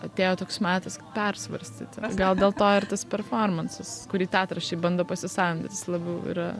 atėjo toks metas persvarstyti gal dėl to ir tas performansas kurį teatras šiaip bando pasisavint bet jis labiau yra